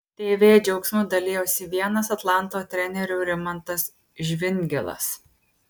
tv džiaugsmu dalijosi vienas atlanto trenerių rimantas žvingilas